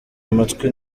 amatwi